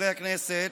חברי הכנסת,